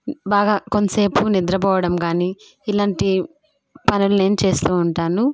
బాగా కొంతసేపు నిద్రపోవడం కానీ ఇలాంటి పనులు నేను చేస్తూ ఉంటాను